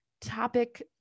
topic